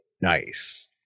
Nice